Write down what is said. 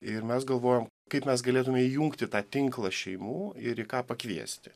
ir mes galvojom kaip mes galėtume įjungti tą tinklą šeimų ir į ką pakviesti